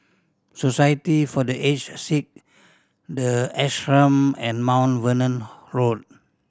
Society for The Aged Sick The Ashram and Mount Vernon Road